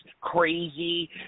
crazy